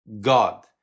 God